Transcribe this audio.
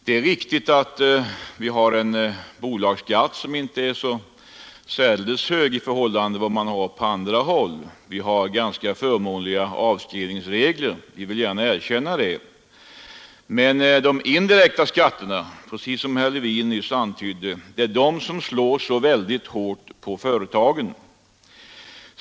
Det är riktigt att vi har en bolagsskatt som inte är så särdeles hög i förhållande till vad man har på andra håll. Vi har ganska förmånliga avskrivningsregler, det vill vi också gärna erkänna. Men de indirekta skatterna slår — som herr Levin nyss antydde — väldigt hårt mot företagen.